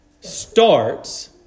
starts